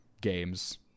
games